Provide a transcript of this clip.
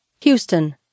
Houston